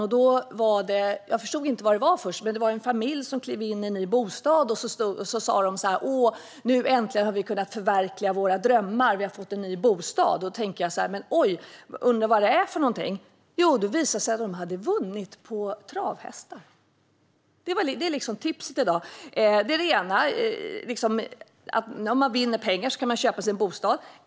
Jag förstod först inte vad det var. Det var en familj som klev in i en ny bostad och sa: Åh, nu har vi äntligen kunnat förverkliga våra drömmar! Vi har fått en ny bostad. Jag undrade vad som hänt. Jo, det visade sig att de hade vunnit på travhästar. Det är liksom tipset i dag: Om du vinner pengar kan du köpa dig en bostad.